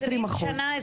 עשרים שנה.